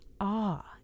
awe